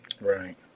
Right